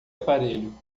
aparelho